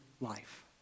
life